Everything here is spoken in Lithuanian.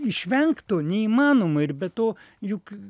išvengt to neįmanoma ir be to juk